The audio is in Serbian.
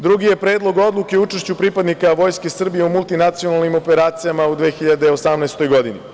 Drugi je Predlog odluke o učešću pripadnika Vojske Srbije u multinacionalnim operacijama u 2018. godini.